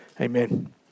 Amen